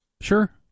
sure